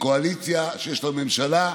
מקואליציה שיש לממשלה.